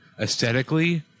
aesthetically